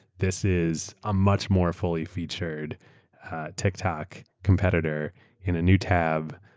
this is a much more fully-featured tiktok competitor in a new tab,